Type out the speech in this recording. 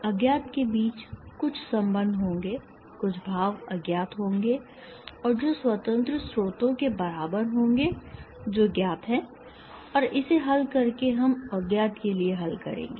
अज्ञात के बीच कुछ संबंध होंगे कुछ भाव अज्ञात होंगे और जो स्वतंत्र स्रोतों के बराबर होंगे जो ज्ञात हैं और इसे हल करके हम अज्ञात के लिए हल करेंगे